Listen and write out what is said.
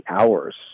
hours